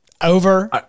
Over